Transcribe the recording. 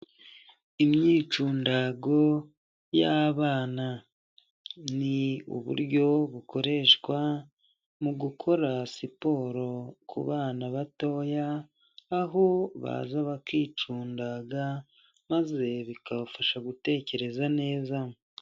Imyicundago y'abana, ni uburyo bukoreshwa mu gukora siporo ku bana batoya, aho baza bakicundaga maze bikabafasha gutekereza neza.